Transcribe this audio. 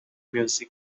music